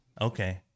okay